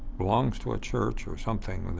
belongs to a church or something.